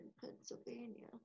Pennsylvania